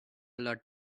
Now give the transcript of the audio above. lot